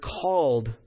called